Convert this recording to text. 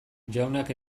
jaunak